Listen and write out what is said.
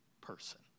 person